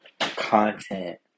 content